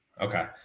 Okay